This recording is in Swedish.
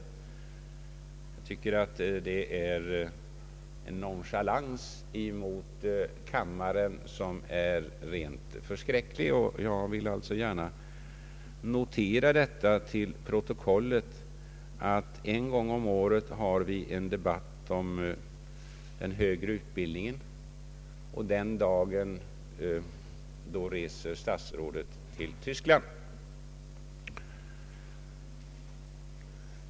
Jag tycker detta är en nonchalans mot kammaren som är uppseendeväckande, och jag vill gärna notera till protokollet att vi en gång om året för en debatt om den högre utbildningen och att vederbörande statsråd samma dag reser till Tyskland.